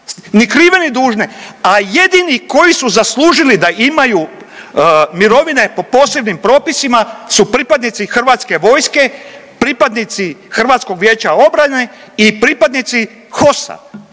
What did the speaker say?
ni krive ni dužne, a jedini koji su zaslužili da imaju mirovine po posebnim propisima su pripadnici Hrvatske vojske, pripadnici Hrvatskog vijeća obrane i pripadnici HOS-a.